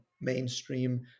mainstream